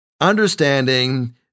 understanding